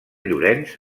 llorenç